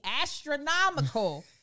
astronomical